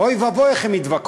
אוי ואבוי איך הם התווכחו,